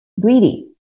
Greedy